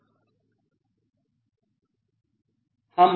हम आगे क्या करेंगे